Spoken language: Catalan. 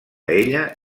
ella